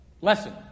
lesson